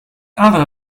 other